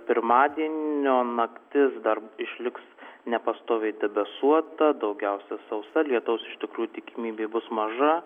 pirmadienio naktis dar b išliks nepastoviai debesuota daugiausia sausa lietaus iš tikrųjų tikimybė bus maža